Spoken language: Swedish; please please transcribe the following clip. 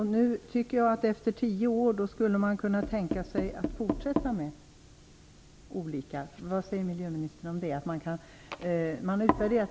Efter tio år borde man kunde fortsätta efter att ha utvärderat dessa. Vad säger miljöministern om det?